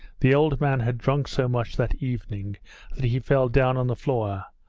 the old man had drunk so much that evening that he fell down on the floor